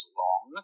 long